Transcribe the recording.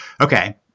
okay